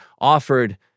offered